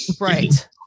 right